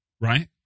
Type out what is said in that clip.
right